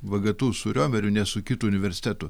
vgtu su riomeriu ne su kitu universitetų